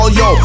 yo